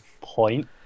point